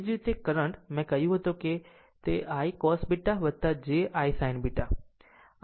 એ જ રીતે કરંટ મેં કહ્યું કે તે I cos β j I sin β